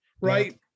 right